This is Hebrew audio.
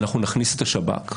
אנחנו נכניס את השב"כ,